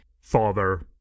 father